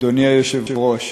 אדוני היושב-ראש,